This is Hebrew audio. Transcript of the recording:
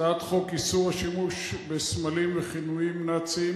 הצעת חוק איסור השימוש בסמלים וכינויים נאציים